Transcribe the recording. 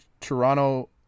Toronto